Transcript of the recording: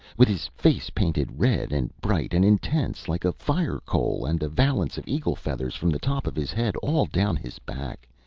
with his face painted red and bright and intense like a fire-coal and a valance of eagle feathers from the top of his head all down his back,